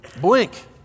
blink